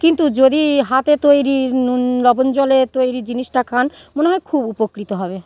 কিন্তু যদি হাতে তৈরি নুন লবণ জলে তৈরি জিনিসটা খান মনে হয় খুব উপকৃত হবে